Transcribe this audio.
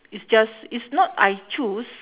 it's just is not I choose